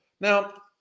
Now